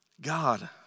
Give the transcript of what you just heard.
God